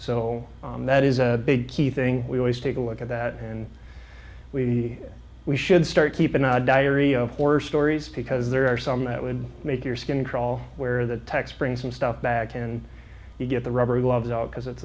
so that is a big key thing we always take a look at that and we we should start keeping a diary of horror stories because there are some that would make your skin crawl where the tech springs and stuff back and you get the rubber gloves because it's